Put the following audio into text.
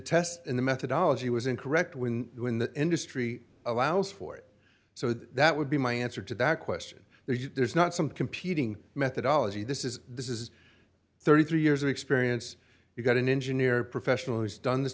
test in the methodology was incorrect when when the industry allows for it so that would be my answer to that question there's not some competing methodology this is this is thirty three years of experience you've got an engineer professional who has done this